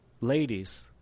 ladies